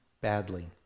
badly